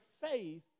faith